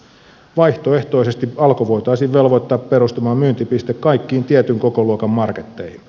vaihtoehtoisesti alko voitaisiin velvoittaa perustamaan myyntipiste kaikkiin tietyn kokoluokan marketteihin